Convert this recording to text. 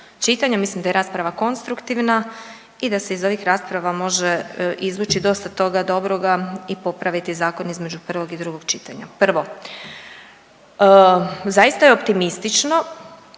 čitanja. Mislim da je rasprava konstruktivna i da se iz ovih rasprava može izvući dosta toga dobroga i popraviti zakon između prvog i drugog čitanja. Prvo, zaista je optimistično